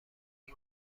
مرد